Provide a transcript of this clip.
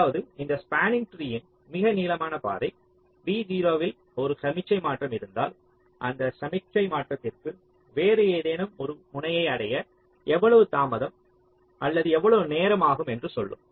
அதாவது இந்த ஸ்பாண்ணிங் ட்ரீஇன் மிக நீளமான பாதை v0 இல் ஒரு சமிக்ஞை மாற்றம் இருந்தால் அந்த சமிக்ஞை மாற்றத்திற்கு வேறு ஏதேனும் ஒரு முனையை அடைய எவ்வளவு தாமதம் அல்லது எவ்வளவு நேரம் ஆகும் என்று சொல்லும்